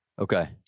Okay